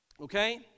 Okay